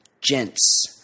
Gents